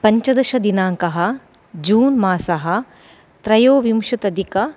पञ्चदशदिनाङ्कः जून् मासः त्रयोविंशतधिक